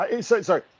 sorry